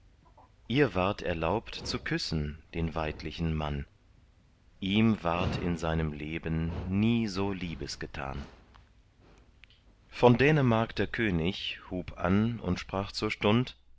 ihr ward erlaubt zu küssen den weidlichen mann ihm ward in seinem leben nie so liebes getan von dänemark der könig hub an und sprach zur stund